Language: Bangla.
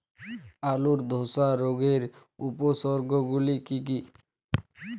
আলুর ধসা রোগের উপসর্গগুলি কি কি?